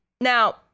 now